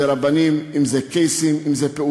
אם זה רבנים, אם זה קייסים, אם זה פעולות.